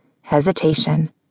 Hesitation